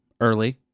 early